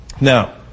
Now